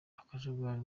akajagari